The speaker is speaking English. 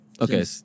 Okay